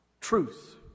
truth